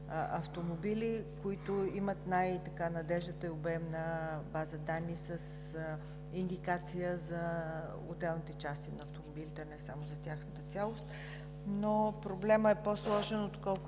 които имат най-надеждната и обемна база данни с индикация за отделните части на автомобилите, а не само в тяхната цялост. Проблемът е по-сложен, отколкото